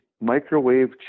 microwave